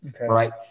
right